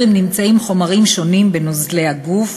אם נמצאים חומרים שונים בנוזלי הגוף.